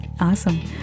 Awesome